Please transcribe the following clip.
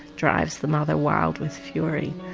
drives the mother wild with fury.